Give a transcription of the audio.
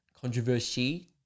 controversy